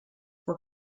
for